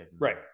Right